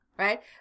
right